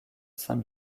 saint